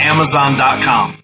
Amazon.com